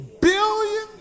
billion